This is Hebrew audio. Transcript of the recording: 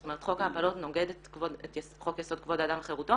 זאת אומרת חוק ההפלות נוגד את חוק יסוד כבוד האדם וחירותו